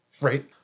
Right